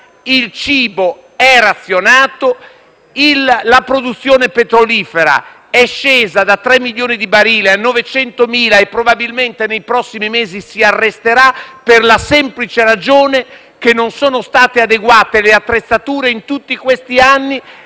il cibo razionato; la produzione petrolifera è scesa da 3 milioni di barili a 900.000 e, probabilmente, nei prossimi mesi si arresterà, per la semplice ragione che non sono state adeguate le attrezzature in tutti questi anni,